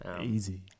easy